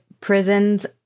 Prisons